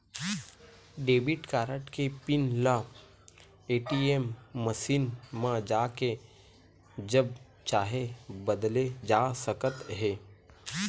debit card के PIN ल ATM machine म जाके जब चाहे बदले जा सकत हे